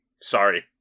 Sorry